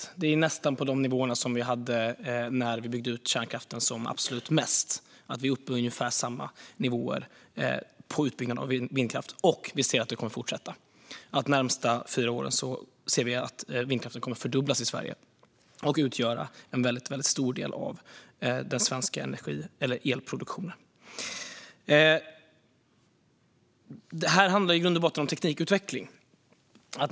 Utbyggnaden av vindkraft är nästan uppe på de nivåer vi hade när vi byggde ut kärnkraften som absolut mest, och vi ser att det kommer att fortsätta. De närmaste fyra åren ser vi att vindkraften kommer att fördubblas i Sverige och utgöra en väldigt stor del av den svenska elproduktionen. Detta handlar i grund och botten om teknikutveckling.